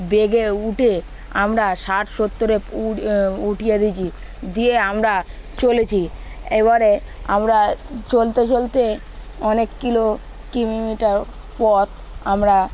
বেগে উঠে আমরা ষাট সত্তরে উঠয়ে দিয়েছি দিয়ে আমরা চলেছি এবারে আমরা চলতে চলতে অনেক কিলো কিলোমিটার পথ আমরা